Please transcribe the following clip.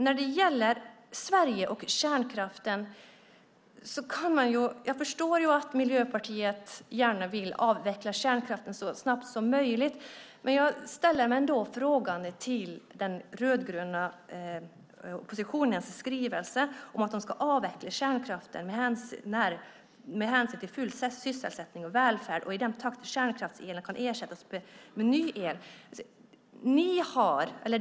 När det gäller Sverige och kärnkraften förstår jag att Miljöpartiet gärna vill avveckla kärnkraften så snabbt som möjligt. Jag ställer mig ändå frågande till den rödgröna oppositionens skrivelse om att avveckla kärnkraften med hänsyn till full sysselsättning och välfärd och i den takt kärnkraftselen kan ersättas med ny el.